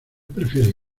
prefieres